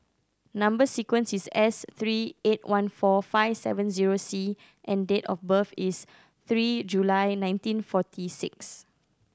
number sequence is S three eight one four five seven zero C and date of birth is three July nineteen forty six